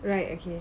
right okay